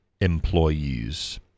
employees